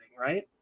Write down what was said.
right